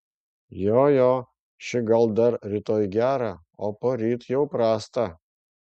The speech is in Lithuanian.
jo jo ši gal dar rytoj gerą o poryt jau prastą